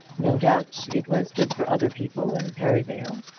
no doubt it was good for other people in perivale,